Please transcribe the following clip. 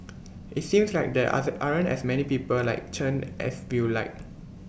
IT seems like there other aren't as many people like Chen as we'd like